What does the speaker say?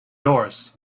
yours